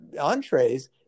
entrees